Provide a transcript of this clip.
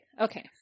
okay